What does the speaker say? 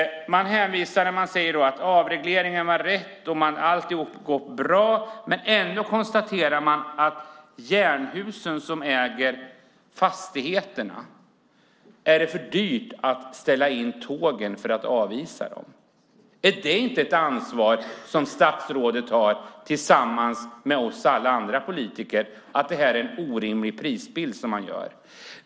Man säger att avregleringen var rätt och att alltihop går bra, men ändå konstaterar man att det är för dyrt att ställa in tågen för att avisa dem i de fastigheter som Jernhusen äger. Har inte statsrådet tillsammans med oss alla andra politiker ett ansvar för den orimliga prisbilden?